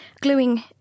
gluing